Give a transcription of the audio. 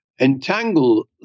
entangle